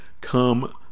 come